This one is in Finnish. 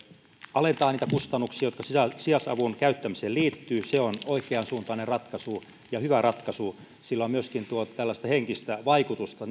alentaa niitä kustannuksia jotka sijaisavun käyttämiseen liittyvät se on oikeansuuntainen ratkaisu ja hyvä ratkaisu sillä on myöskin tällaista henkistä vaikutusta